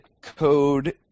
code